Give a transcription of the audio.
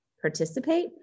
participate